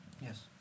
Yes